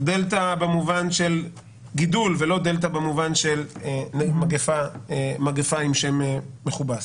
במובן של גידול ולא דלתא במובן של מגפה עם שם מכובס.